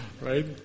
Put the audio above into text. Right